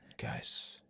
Guys